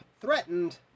threatened